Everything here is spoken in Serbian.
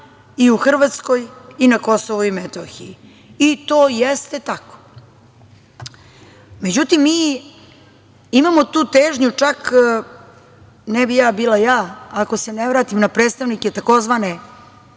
i u Hrvatskoj i na Kosovu i Metohiji. To i jeste tako.Međutim, mi imamo tu težnju, čak ne bih ja bila ja, ako se ne vratim na predstavnike tzv.